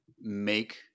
make